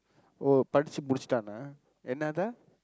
oh படிச்சு முடிச்சுட்டானா என்னாதான்:padichsu mudichsutdaanaa ennaathaan